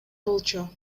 болчу